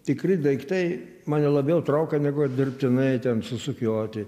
tikri daiktai mane labiau traukia negu dirbtinai ten susukioti